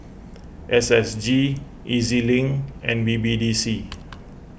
S S G E Z Link and B B D C